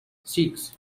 six